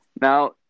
Now